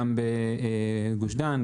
גם בגוש דן,